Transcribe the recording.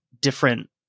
different